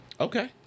Okay